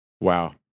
Wow